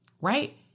right